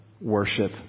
worship